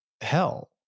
hell